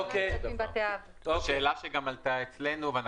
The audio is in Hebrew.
זו שאלה שגם עלתה אצלנו.